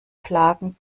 plagen